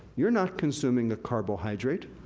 you're not consuming a carbohydrate,